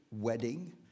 wedding